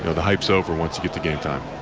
the hype is over when to get to game time.